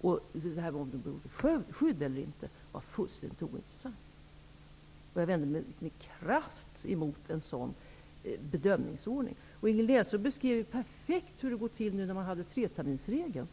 och i det andra ja. Om de behövde skydd eller inte var fullständigt ointressant. Jag vände mig med kraft emot en sådan bedömningsordning. Ingrid Näslund beskriver perfekt hur det gick till när man hade treterminersregeln.